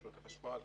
רשות החשמל,